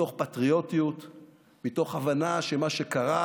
מתוך פטריוטיות, מתוך הבנה שמה שקרה,